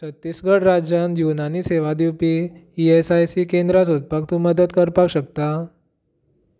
छत्तीसगढ राज्यांत युनानी सेवा दिवपी ई एस आय सी केंद्रां सोदपाक तूं मदत करपाक शकता